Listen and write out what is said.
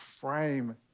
frame